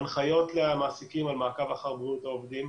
הנחיות למעסיקים על מעקב אחר בריאות העובדים.